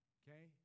okay